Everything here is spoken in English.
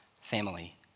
family